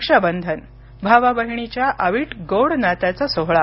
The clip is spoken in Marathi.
रक्षाबंधन भावा बहिणीच्या अवीट गोड नात्याचा सोहळा